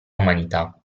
umanità